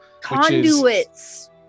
Conduits